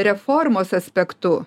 reformos aspektu